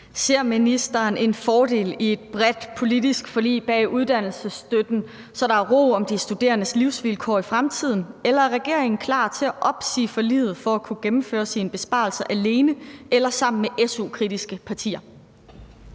Ser ministeren en fordel i et bredt politisk forlig bag uddannelsesstøtten, så der er ro om de studerendes livsvilkår i fremtiden, eller er regeringen klar til at opsige forliget for at kunne gennemføre sine besparelser alene eller sammen med su-kritiske partier?